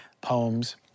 poems